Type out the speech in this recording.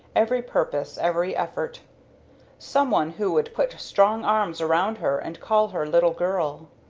every purpose, every effort some one who would put strong arms around her and call her little girl.